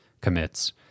commits